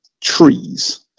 trees